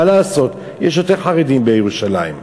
מה לעשות, יש יותר חרדים בירושלים.